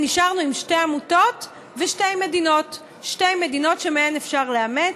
נשארנו עם שתי עמותות ושתי מדינות שמהן אפשר לאמץ,